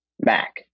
Mac